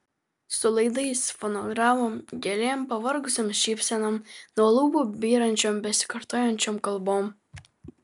su laidais fonogramom gėlėm pavargusiom šypsenom nuo lūpų byrančiom besikartojančiom kalbom